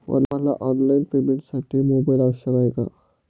मला ऑनलाईन पेमेंटसाठी मोबाईल आवश्यक आहे का?